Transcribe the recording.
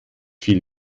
fiel